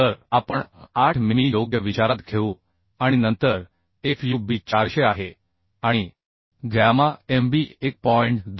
तर आपण 8 मिमी योग्य विचारात घेऊ आणि नंतर Fub 400 आहे आणि गॅमा mb 1